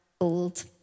old